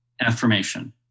affirmation